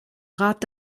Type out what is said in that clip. rat